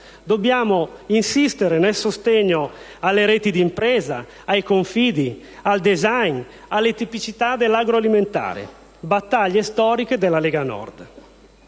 Dobbiamo insistere nel sostegno alle reti d'impresa, ai confidi, al *design*, alle tipicità dell'agroalimentare; battaglie storiche della Lega Nord.